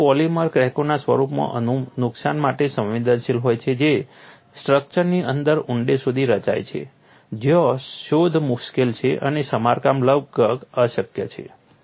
structural polymer ક્રેકોના સ્વરૂપમાં નુકસાન માટે સંવેદનશીલ હોય છે જે સ્ટ્રક્ચરની અંદર ઊંડે સુધી રચાય છે જ્યાં શોધ મુશ્કેલ છે અને સમારકામ લગભગ અશક્ય છે